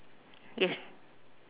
yes